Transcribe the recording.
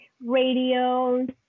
radios